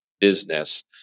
business